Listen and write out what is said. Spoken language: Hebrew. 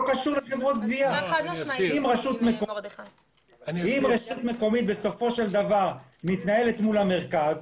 אם רשות בסופו של דבר מקומית מתנהלת מול המרכז,